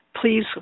Please